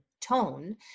tone